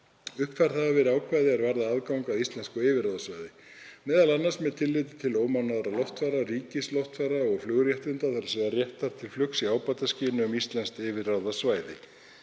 Uppfærð hafa verið ákvæði er varða aðgang að íslensku yfirráðasvæði, m.a. með tilliti til ómannaðra loftfara, ríkisloftfara og flugréttinda, þ.e. réttar til flugs í ábataskyni um íslenskt yfirráðasvæði.